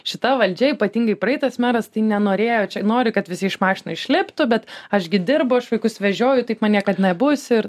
šita valdžia ypatingai praeitas meras tai nenorėjo čia nori kad visi iš mašinų išliptų bet aš gi dirbu aš vaikus vežioju taip man niekad nebus ir